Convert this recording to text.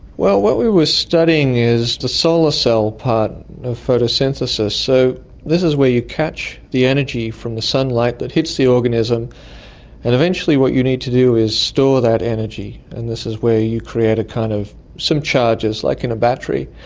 what we were studying is the solar cell part of photosynthesis. so this is where you catch the energy from the sunlight that hits the organism and eventually what you need to do is store that energy, and this where you create kind of some charges, like in a battery.